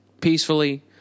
peacefully